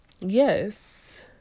yes